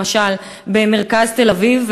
למשל במרכז תל-אביב,